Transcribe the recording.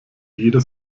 jeder